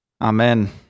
Amen